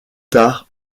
tard